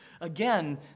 Again